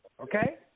okay